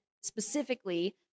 specifically